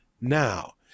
Now